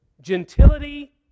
gentility